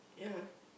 yeah